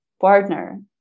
partner